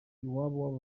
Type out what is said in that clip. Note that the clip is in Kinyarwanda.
iwabo